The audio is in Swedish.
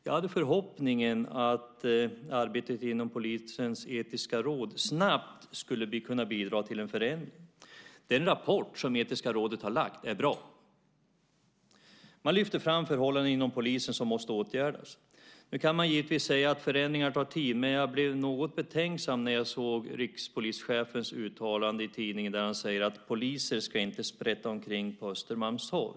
Jag hade förhoppningen att arbetet inom polisens etiska råd snabbt skulle kunna bidra till en förändring. Den rapport som etiska rådet har lämnat är bra. Man lyfter fram förhållanden inom polisen som måste åtgärdas. Nu kan man givetvis säga att förändringar tar tid, men jag blev något betänksam när jag såg rikspolischefens uttalande i tidningen om att poliser inte ska sprätta omkring på Östermalmstorg.